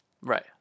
Right